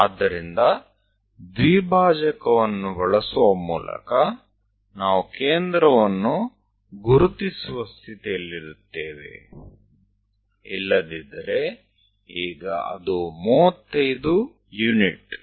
ಆದ್ದರಿಂದ ದ್ವಿಭಾಜಕವನ್ನು ಬಳಸುವ ಮೂಲಕ ನಾವು ಕೇಂದ್ರವನ್ನು ಗುರುತಿಸುವ ಸ್ಥಿತಿಯಲ್ಲಿರುತ್ತೇವೆ ಇಲ್ಲದಿದ್ದರೆ ಈಗ ಅದು 35 ಯೂನಿಟ್